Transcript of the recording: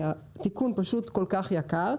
כי התיקון פשוט כל כך יקר,